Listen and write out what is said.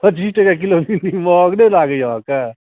पचीस टके किलो भिन्डी महग नहि लागैए अहाँके